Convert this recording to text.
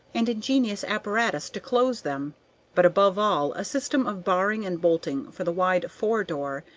and ingenious apparatus to close them but, above all, a system of barring and bolting for the wide fore door,